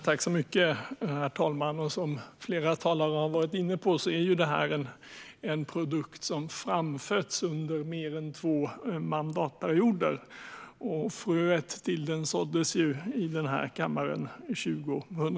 Herr talman! Som flera talare har varit inne på är detta en produkt som har framfötts under mer än två mandatperioder. Fröet till det såddes i denna kammare 2011.